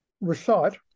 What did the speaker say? recite